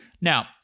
Now